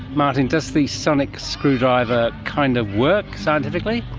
martin, does the sonic screwdriver kind of work scientifically?